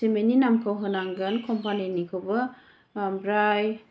सिमेन्टनि नामखौ होनांगोन कम्पानिनिखौबो ओमफ्राय